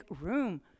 room